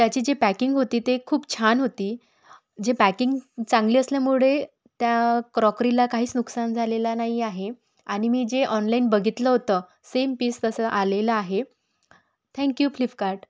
त्याची जी पॅकिंग होती ते खूप छान होती जे पॅकिंग चांगली असल्यामुळे त्या क्रॉकरीला काहीच नुकसान झालेला नाही आहे आणि मी जे ऑनलाईन बघितलं होतं सेम पिस तसं आलेलं आहे थँक्यू प्लिफकार्ट